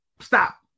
Stop